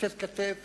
לתת כתף